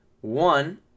One